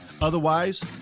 Otherwise